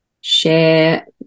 share